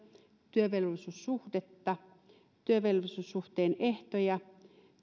työvelvollisuussuhdetta työvelvollisuussuhteen ehtoja